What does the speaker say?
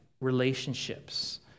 relationships